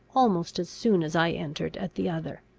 almost as soon as i entered at the other.